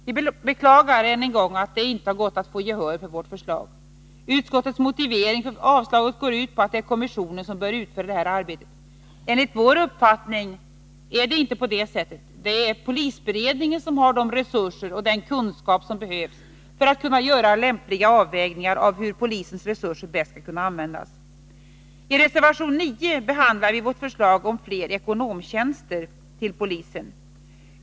Vi beklagar än en gång att det inte har gått att få gehör för vårt förslag. Utskottets motivering för avstyrkandet går ut på att det är kommissionen som bör utföra detta arbete. Enligt vår uppfattning är det inte på det sättet. Det är polisberedningen som har de resurser och den kunskap som behövs för att man skall kunna göra lämpliga avvägningar av hur polisens resurser bäst skall kunna användas. I reservation nr 9 behandlar vi vårt förslag om fler ekonomtjänster till polisen.